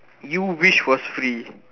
you wish was free